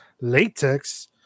latex